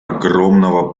огромного